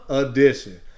edition